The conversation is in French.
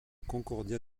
concordia